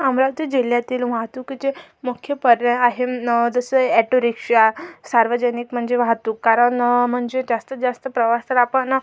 अमरावती जिल्ह्यातील वाहतुकीचे मुख्य पर्याय आहे जसे ऑटोरिक्शा सार्वजनिक म्हणजे वाहतूक कारण म्हणजे जास्तीत जास्त प्रवास तर आपण